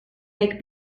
make